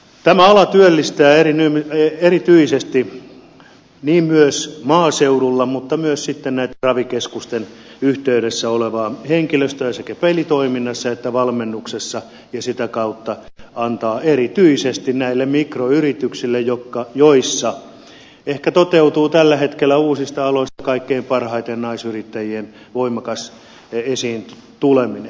tämä ala työllistää erityisesti maaseudulla mutta myös ravikeskusten yhteydessä olevaa henkilöstöä sekä pelitoiminnassa että valmennuksessa ja sitä kautta antaa erityisesti näille mikroyrityksille joissa ehkä toteutuu tällä hetkellä uusista aloista kaikkein parhaiten naisyrittäjien voimakas esiin tuleminen